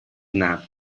nap